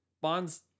bonds